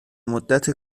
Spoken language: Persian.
مدت